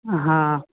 हाँ